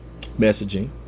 messaging